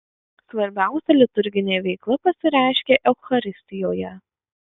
svarbiausia liturginė veikla pasireiškia eucharistijoje